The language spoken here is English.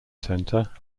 center